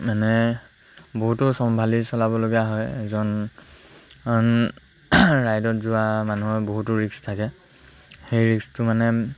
মানে বহুতো চম্ভালি চলাবলগীয়া হয় এজন ৰাইডত যোৱা মানুহৰ বহুতো ৰিস্ক থাকে সেই ৰিস্কটো মানে